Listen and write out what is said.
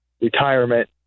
retirement